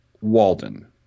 Walden